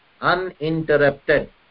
uninterrupted